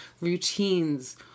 routines